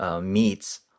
meats